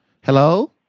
Hello